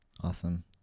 awesome